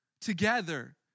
together